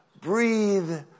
breathe